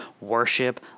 worship